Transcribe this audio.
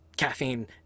caffeine